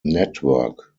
network